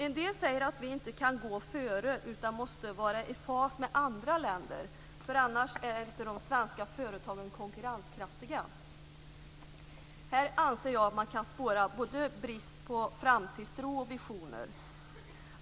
En del säger att vi inte kan gå före, utan måste vara i fas med andra länder, för annars är inte de svenska företagen konkurrenskraftiga. Här anser jag att man kan spåra brist på både framtidstro och visioner.